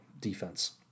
defense